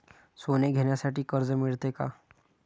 सोने घेण्यासाठी कर्ज मिळते का?